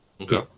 Okay